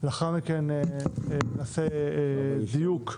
לאחר מכן נעשה דיוק.